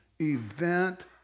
event